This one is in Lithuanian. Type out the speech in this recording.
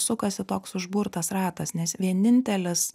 sukasi toks užburtas ratas nes vienintelis